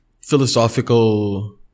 philosophical